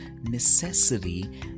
necessary